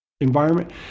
environment